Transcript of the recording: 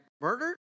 murdered